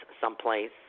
someplace